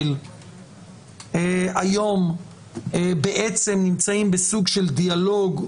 ישראל היום נמצאים בסוג של דיאלוג,